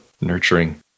nurturing